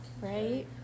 Right